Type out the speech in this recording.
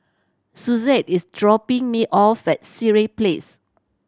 Suzette is dropping me off at Sireh Place